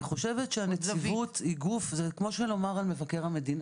זה כמו שנאמר על מבקר המדינה.